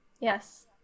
Yes